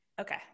Okay